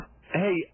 Hey